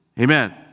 Amen